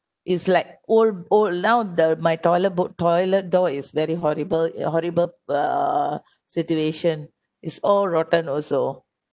it's like old old now the my toilet both toilet door is very horrible horrible uh situation is all rotten also